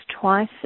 twice